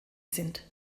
sind